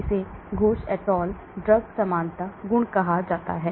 इसे Ghose et al drug समानता गुण कहा जाता है